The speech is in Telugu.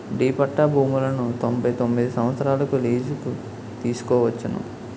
డి పట్టా భూములను తొంభై తొమ్మిది సంవత్సరాలకు లీజుకు తీసుకోవచ్చును